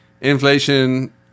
inflation